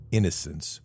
Innocence